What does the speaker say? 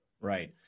Right